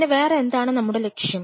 പിന്നെ വേറെ എന്താണ് നമ്മുടെ ലക്ഷ്യം